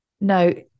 No